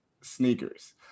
sneakers